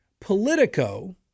Politico